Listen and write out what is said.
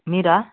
మీరా